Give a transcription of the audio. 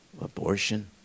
abortion